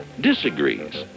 disagrees